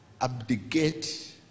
abdicate